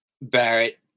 Barrett